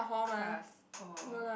class or